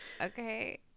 Okay